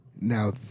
Now